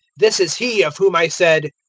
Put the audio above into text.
this is he of whom i said,